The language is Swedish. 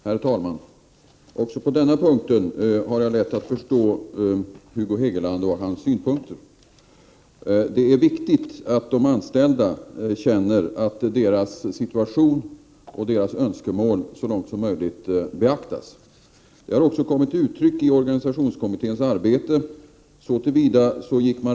Herr talman! Också på denna punkt har jag lätt att förstå Hugo Hegelands synpunkter. Det är viktigt att de anställda känner att deras situation och deras önskemål så långt som möjligt beaktas. Detta har också kommit till uttryck i organisationskommitténs arbete.